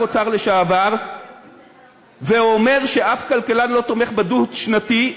אוצר לשעבר ואומר שאף כלכלן לא תומך בדו-שנתי,